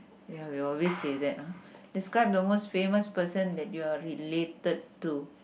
ya we always say that ah describe the most famous person that you're related to